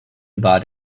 about